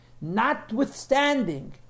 notwithstanding